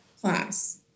class